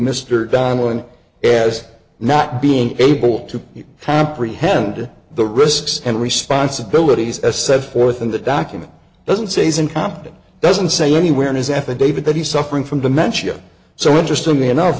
mr diamond as not being able to comprehend the risks and responsibilities as set forth in the document doesn't say he's incompetent doesn't say anywhere in his affidavit that he's suffering from dementia so interestingly enough